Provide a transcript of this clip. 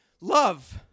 love